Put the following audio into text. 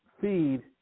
feed